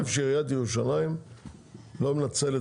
אני חושב שעיריית ירושלים לא מנצלת